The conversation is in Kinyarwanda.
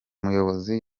muyobozi